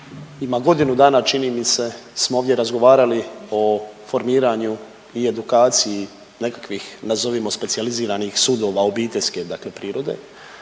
ima godinu dana, čini mi se, smo ovdje razgovarali o formiranju i edukaciji nekakvih nazovimo specijaliziranih sudova obiteljske dakle prirode.